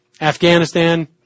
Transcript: Afghanistan